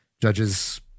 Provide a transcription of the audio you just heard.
judge's